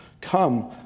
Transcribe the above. Come